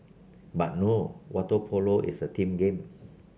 but no water polo is a team game